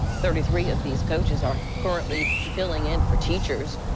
thirty three of these coaches are currently filling in for teachers.